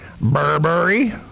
Burberry